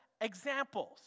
examples